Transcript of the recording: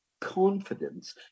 confidence